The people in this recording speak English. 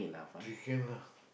you can lah